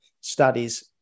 studies